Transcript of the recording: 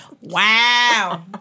Wow